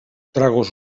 treguis